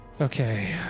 Okay